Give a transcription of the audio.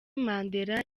mandela